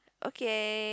okay